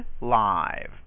live